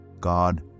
God